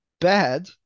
bad